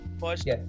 first